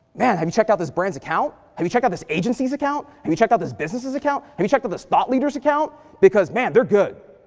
man have you checked out this brand's account? have you checked out this agency's account? have you checked out this business's account? have you checked out this thought leader's account? because man, they're good.